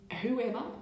whoever